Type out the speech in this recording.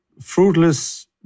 fruitless